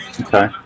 okay